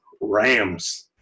Rams